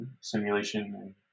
simulation